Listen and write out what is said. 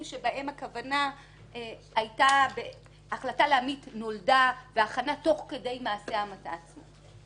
שבהם החלטה להמית נולדה בהכנה תוך כדי מעשה ההמתה עצמו.